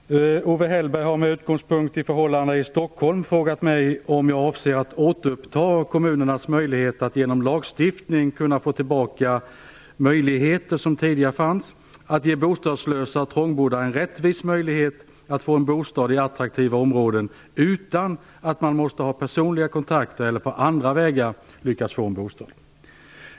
Fru talman! Owe Hellberg har med utgångspunkt i förhållandena i Stockholm frågat mig om jag avser att genom lagstiftning ge tillbaka möjligheterna för kommunerna att ge bostadslösa och trångbodda en rättvis möjlighet att få en bostad i attraktiva områden utan att de måste ha personliga kontakter eller utnyttja andra vägar.